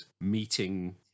meeting